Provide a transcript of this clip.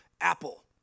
apple